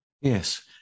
Yes